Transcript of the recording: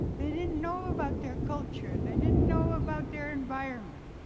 they didn't know about their culture. they didn't know about their environment.